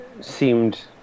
seemed